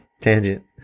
Tangent